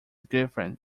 girlfriend